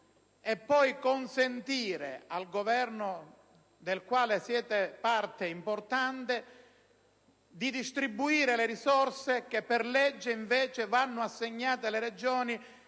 e poi consentire al Governo del quale siete parte importante di distribuire le risorse che per legge, invece, vanno assegnate alle Regioni